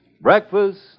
Breakfast